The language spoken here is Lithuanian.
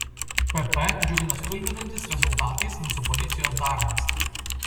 pp džiugina stulbinantis rezultatais mūsų policijos darbas